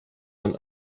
man